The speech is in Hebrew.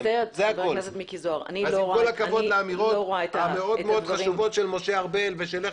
עם כל הכבוד לאמירות החשובות של משה ארבל ושלך,